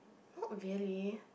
not really